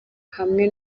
hamwe